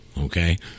okay